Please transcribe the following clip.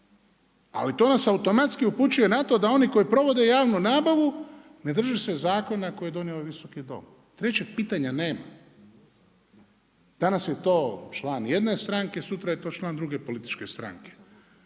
Ali to nas automatski upućuje na to da oni koji provode javnu nabavu ne drže se zakona koje je donio ovaj Visoki dom. Trećeg pitanja nema. Danas je to član jedne stranke, sutra je to član druge političke stranke.